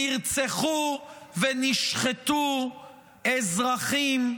נרצחו ונשחטו אזרחים,